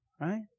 Right